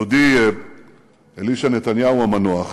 דודי אלישע נתניהו המנוח,